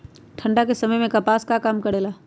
ठंडा के समय मे कपास का काम करेला?